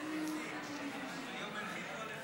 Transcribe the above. אדוני היושב-ראש,